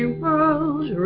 world